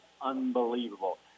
unbelievable